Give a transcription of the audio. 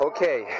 Okay